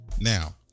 now